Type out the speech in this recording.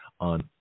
on